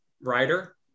writer